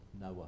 Noah